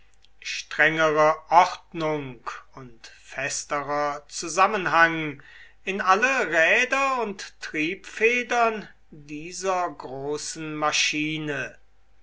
strengere ordnung und festerer zusammenhang in alle räder und triebfedern dieser großen maschine